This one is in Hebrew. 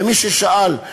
למי ששאל,